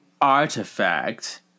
artifact